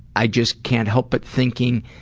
i just can't help but thinking,